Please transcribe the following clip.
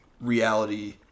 reality